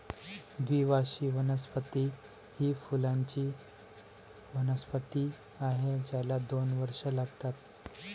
द्विवार्षिक वनस्पती ही फुलांची वनस्पती आहे ज्याला दोन वर्षे लागतात